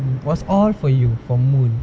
was all for you for moon